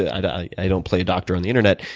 ah and i don't play doctor on the internet.